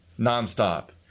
Non-stop